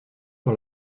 sur